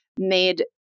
made